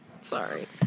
sorry